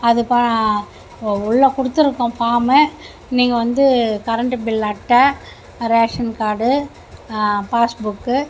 அதுபா உள்ளே கொடுத்துருக்கோம் ஃபாமு இன்னிக்கி வந்து கரண்டு பில்லு அட்டை ரேஷன் கார்டு பாஸ் புக்கு